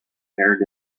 aired